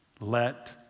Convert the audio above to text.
Let